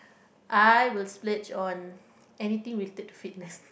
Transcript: I will splurge on anything related to fitness